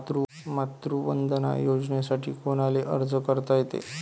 मातृवंदना योजनेसाठी कोनाले अर्ज करता येते?